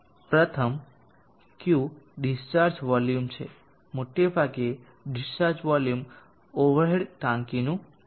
પ્રથમ Q discharge volume છે મોટાભાગે ડિસ્ચાર્જ વોલ્યુમ ઓવર હેડ ટાંકીનું કદ હશે